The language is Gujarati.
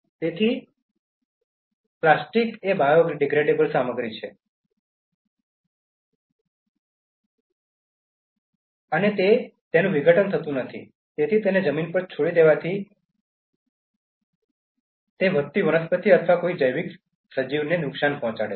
તેથી પ્લાસ્ટિક એ બાયોડિગ્રેડેબલ સામગ્રી છે અને તે વિઘટતું નથી તેથી તેને જમીન પર છોડી દેવાથી તે વધતી વનસ્પતિ અથવા કોઈપણ જૈવિક સજીવને નુકસાન પહોંચાડે છે